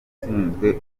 ushinzwe